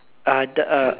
uh the uh